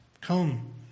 Come